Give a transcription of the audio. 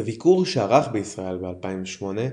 בביקור שערך בישראל ב-2008,